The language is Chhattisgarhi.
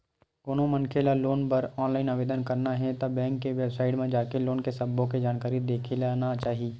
कोनो मनखे ल लोन बर ऑनलाईन आवेदन करना हे ता बेंक के बेबसाइट म जाके लोन के सब्बो के जानकारी देख लेना चाही